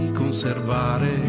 conservare